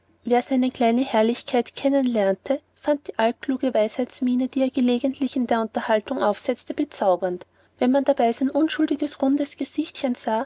wer seine kleine herrlichkeit kennen lernte fand die altkluge weisheitsmiene die er gelegentlich in der unterhaltung aufsetzte bezaubernd wenn man dabei in sein unschuldiges rundes gesichtchen sah